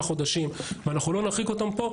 חודשים ואנחנו לא נרחיק אותם מפה,